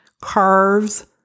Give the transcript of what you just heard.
carves